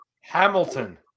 Hamilton